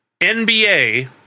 NBA